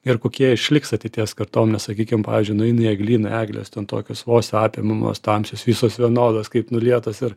ir kokie išliks ateities kartom nes sakykim pavyzdžiui nuein į eglyną eglės ten tokios vos apimamamos tamsios visos vienodos kaip nulietos ir